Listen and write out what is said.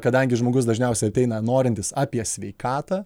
kadangi žmogus dažniausiai ateina norintis apie sveikatą